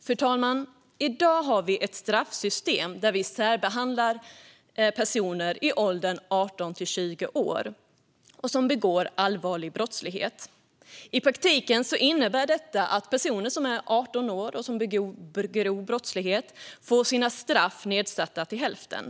Fru talman! I dag har vi ett straffsystem där vi särbehandlar personer i åldern 18-20 år som begår allvarliga brott. I praktiken innebär detta att personer som är 18 år och som begår grova brott får sina straff nedsatta till hälften.